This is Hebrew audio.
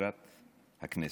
מזכירת הכנסת,